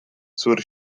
sur